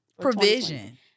Provision